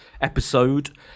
episode